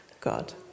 God